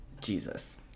Jesus